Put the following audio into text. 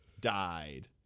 Died